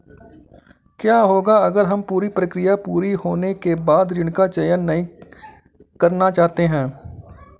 क्या होगा अगर हम पूरी प्रक्रिया पूरी होने के बाद ऋण का चयन नहीं करना चाहते हैं?